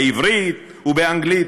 בעברית ובאנגלית,